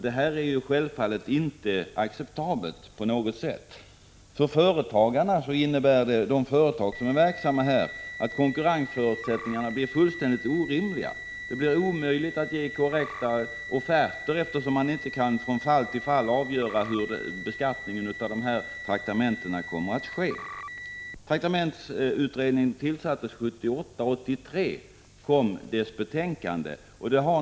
Detta är självfallet inte acceptabelt på något sätt. För de företag som är verksamma i detta område innebär det att konkurrensförutsättningarna blir fullständigt orimliga. Det blir omöjligt för företagen att ge korrekta offerter, eftersom de inte kan avgöra från fall till fall hur beskattningen av traktamentena kommer att ske. Traktamentsutredningen tillsattes 1978, och dess betänkande kom 1983.